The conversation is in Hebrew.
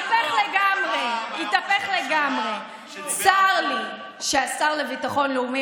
רצה הגורל ואותו חבר אופוזיציה הפך להיות השר שאחראי למשטרה,